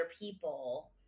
people